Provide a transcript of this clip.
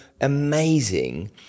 amazing